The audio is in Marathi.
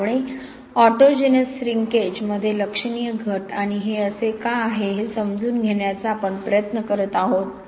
त्यामुळे ऑटोजेनस श्रींकेज मध्ये लक्षणीय घट आणि हे असे का आहे हे समजून घेण्याचा आपण प्रयत्न करत आहोत